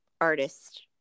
artist